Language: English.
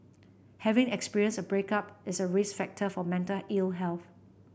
having experienced a breakup is a risk factor for mental ill health